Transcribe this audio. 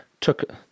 took